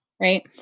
right